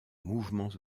mouvements